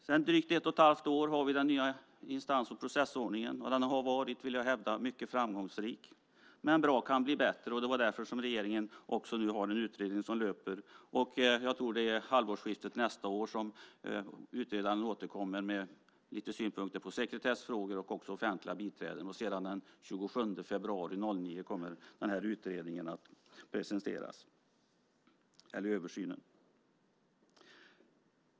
Sedan drygt ett och ett halvt år tillbaka har vi den nya instans och processordningen. Jag vill hävda att den har varit mycket framgångsrik. Men bra kan bli bättre. Det är därför regeringen också nu har en utredning som löper. Jag tror att det är vid halvårsskiftet nästa år som utredaren återkommer med lite synpunkter på sekretessfrågor och offentliga biträden. Den 27 februari 2009 kommer sedan översynen att presenteras.